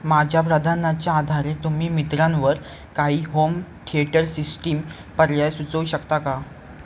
माझ्या प्राधान्याच्या आधारित तुम्ही मित्रांवर काही होम थेटर सिस्टीम पर्याय सुचवू शकता का